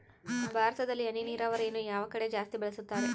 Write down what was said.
ಭಾರತದಲ್ಲಿ ಹನಿ ನೇರಾವರಿಯನ್ನು ಯಾವ ಕಡೆ ಜಾಸ್ತಿ ಬಳಸುತ್ತಾರೆ?